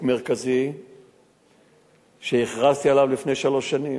מרכזי שהכרזתי עליו לפני שלוש שנים.